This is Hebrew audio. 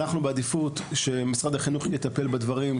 אנחנו בעדיפות שמשרד החינוך יטפל בדברים,